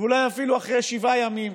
ואולי אפילו אחרי שבעה ימים,